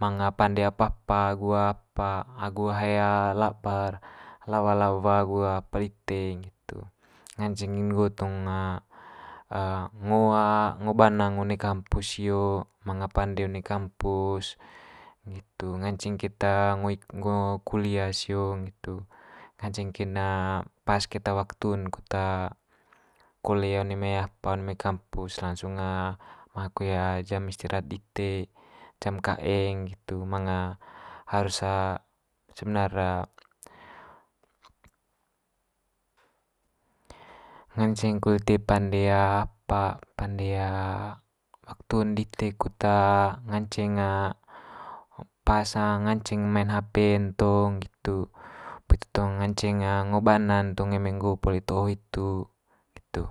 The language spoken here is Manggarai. manga pande apa apa agu apa agu hae labar lawa lawa agu apa dite nggitu. Nganceng kin nggo tong ngo ngo bana ngo one kampus sio manga pande one kampus nggitu, nganceng keta ngo ngo kulia sio nggitu, nganceng kin pas keta waktu'n kut kole one mai apa one mai kampus langsung ma koe jam istirahat dite, jam kaeng nggitu manga harus sebenar nganceng kole lite pande apa pande waktu'n dite kut nganceng pas nganceng maen hape'n tong nggitu. Poli itu tong nganceng ngo bana'n tong eme nggo poli to'o hitu, nggitu.